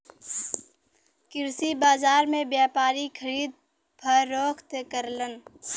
कृषि बाजार में व्यापारी खरीद फरोख्त करलन